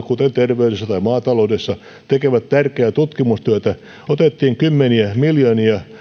kuten terveydessä tai maataloudessa tekevät tärkeää tutkimustyötä otettiin kymmeniä miljoonia